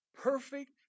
perfect